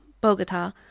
Bogota